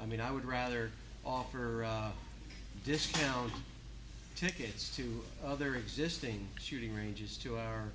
i mean i would rather offer discount tickets to their existing shooting ranges to our